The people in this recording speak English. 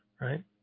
right